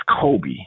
Kobe